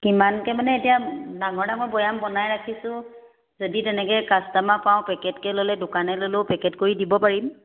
কিমানকে মানে এতিয়া ডাঙৰ ডাঙৰ বৈয়াম বনাই ৰাখিছোঁ যদি তেনেকে কাষ্টমাৰ পাওঁ পেকেটকে ল'লে দোকানে ল'লেও পেকেট কৰি দিব পাৰিম